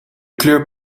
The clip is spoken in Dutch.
kleur